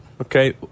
Okay